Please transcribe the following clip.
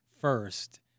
first